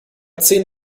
zehn